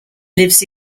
lives